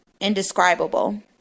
indescribable